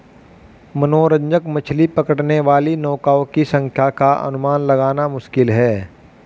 मनोरंजक मछली पकड़ने वाली नौकाओं की संख्या का अनुमान लगाना मुश्किल है